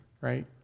Right